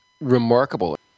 remarkable